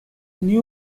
new